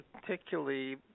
particularly